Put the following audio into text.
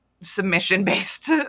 submission-based